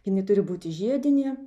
jinai turi būti žiedinė